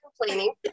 complaining